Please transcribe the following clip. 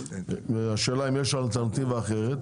השאלה אם יש לנו אלטרנטיבה אחרת.